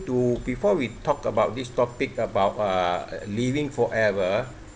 to before we talk about this topic about uh living forever